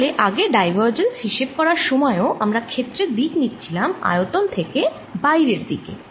তাহলে আগে ডাইভারজেন্স হিসেব করার সময়েও আমরা ক্ষেত্রের দিক নিচ্ছিলাম আয়তন থেকে বাইরের দিকে